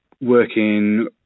working